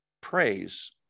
praise